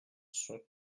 son